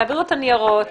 תעבירו את הניירות,